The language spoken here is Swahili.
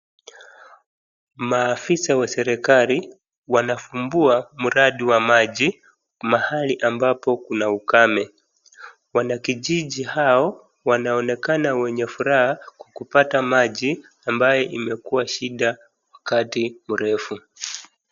Maafisa wa serikali wanafumbua mradi wa maji mahali ambapo kuna ukame. Wanakijiji hao wanaonekana wenye furaha kupata maji ambayo imekuwa shida wakati mrefu.